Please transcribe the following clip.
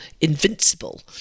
invincible